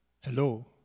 Hello